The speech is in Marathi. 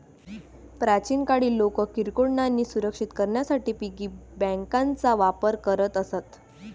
प्राचीन काळी लोक किरकोळ नाणी सुरक्षित करण्यासाठी पिगी बँकांचा वापर करत असत